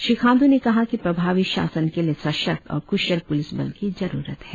श्री खाण्डू ने कहा कि प्रभावी शासन के लिए सशक्त और कुशल प्रतिस बल की जरूरत है